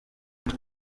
ibi